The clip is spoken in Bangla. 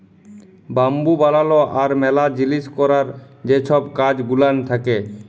বাম্বু বালালো আর ম্যালা জিলিস ক্যরার যে ছব কাজ গুলান থ্যাকে